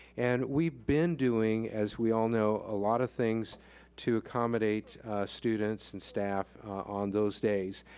and we've been doing, as we all know, a lot of things to accommodate students and staff on those days.